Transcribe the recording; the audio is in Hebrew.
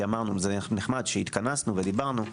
כי אמרנו - נחמד שהתכנסנו ודיברנו,